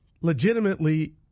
Legitimately